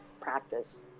practice